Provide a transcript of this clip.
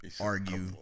Argue